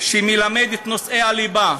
שמלמד את נושאי הליבה